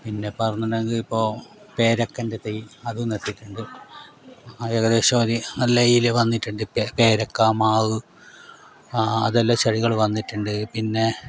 പിന്നെ പറയുന്നുണ്ടെങ്കിൽ ഇപ്പോൾ പേരക്കൻ്റെ തൈ അതും നട്ടിട്ടുണ്ട് അത് ഏകദേശം ഒരു നല്ല ഇതിൽ വന്നിട്ടുണ്ട് പേരക്ക മാവ് ആ അതെല്ലാം ചെടികൾ വന്നിട്ടുണ്ട് പിന്നെ